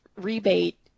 rebate